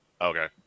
Okay